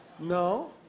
No